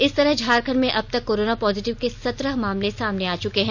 इस तरह झारखंड में अब तक कोरोना पॉजिटिव के सत्रह मामले सामने आ चुके हैं